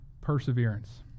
perseverance